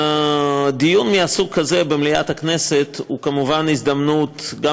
דיון מהסוג הזה במליאת הכנסת הוא כמובן הזדמנות גם